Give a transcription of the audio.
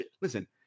listen